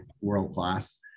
world-class